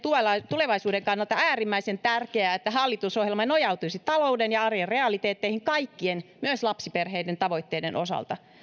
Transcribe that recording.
tulevaisuuden kannalta äärimmäisen tärkeää että hallitusohjelma nojautuisi talouden ja arjen realiteetteihin kaikkien myös lapsiperheiden tavoitteiden osalta